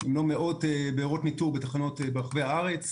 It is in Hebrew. אם לא מאות בארות ניטור ברחבי הארץ.